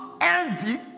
Envy